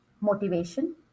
motivation